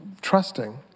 trusting